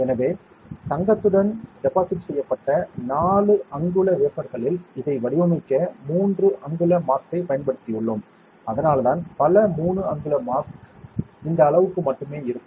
எனவே தங்கத்துடன் டெபாசிட் செய்யப்பட்ட 4 அங்குல வேஃபர்களில் இதை வடிவமைக்க 3 அங்குல மாஸ்க்கைப் பயன்படுத்தியுள்ளோம் அதனால்தான் பல 3 அங்குல மாஸ்க் இந்த அளவுக்கு மட்டுமே இருக்கும்